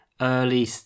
early